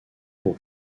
pour